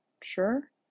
Sure